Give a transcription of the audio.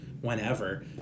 whenever